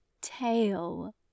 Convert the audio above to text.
tail